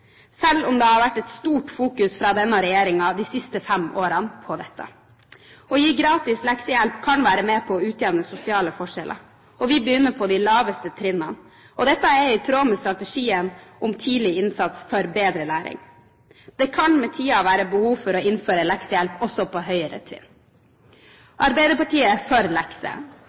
selv om det har vært et stort fokus fra denne regjeringen de siste fem årene på det. Å gi gratis leksehjelp kan være med på å utjevne sosiale forskjeller. Vi begynner på de laveste trinnene. Dette er i tråd med strategien om tidlig innsats for bedre læring. Det kan med tiden være behov for å innføre leksehjelp også på høyere trinn. Arbeiderpartiet er for